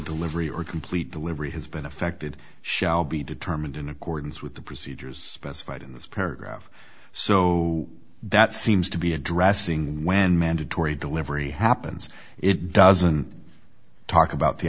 delivery or complete delivery has been affected shall be determined in accordance with the procedures testified in this paragraph so that seems to be addressing when mandatory delivery happens it doesn't talk